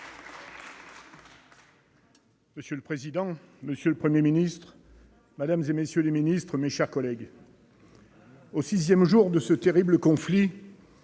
Monsieur le président, monsieur le Premier ministre, madame la ministre, messieurs les ministres, mes chers collègues, au sixième jour de ce terrible conflit,